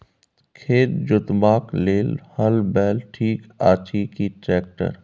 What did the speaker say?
खेत जोतबाक लेल हल बैल ठीक अछि की ट्रैक्टर?